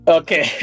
okay